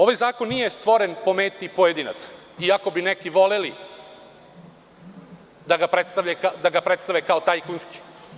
Ovaj zakon nije stvoren po meti pojedinaca iako bi neki voleli da ga predstave kao tajkunski.